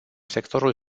sectorul